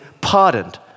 pardoned